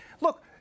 look